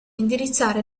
indirizzare